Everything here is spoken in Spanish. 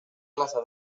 plaza